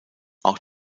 auch